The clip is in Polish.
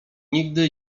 nigdy